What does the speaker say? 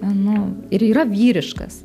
nu ir yra vyriškas